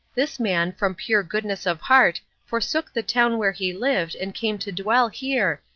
this man, from pure goodness of heart, forsook the town where he lived and came to dwell here,